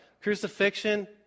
Crucifixion